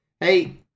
Hey